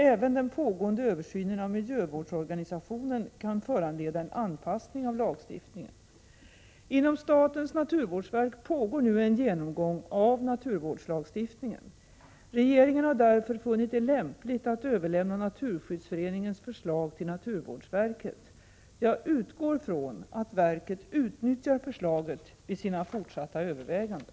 Även den pågående översynen av miljövårdsorganisationen kan föranleda en anpassning av lagstiftningen. Inom statens naturvårdsverk pågår en genomgång av naturvårdslagstiftningen. Regeringen har därför funnit det lämpligt att överlämna Naturskyddsföreningens förslag till naturvårdsverket. Jag utgår från att verket utnyttjar förslaget vid sina fortsatta överväganden.